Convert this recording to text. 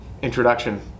Introduction